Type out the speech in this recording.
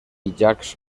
llacs